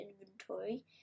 inventory